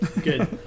Good